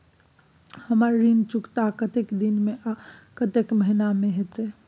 हमर ऋण चुकता कतेक दिन में आ कतेक महीना में होतै?